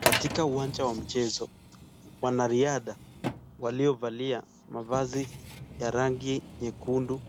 Katika uwanja wa mchezo wanariadha waliovalia mavazi ya rangi nyekundu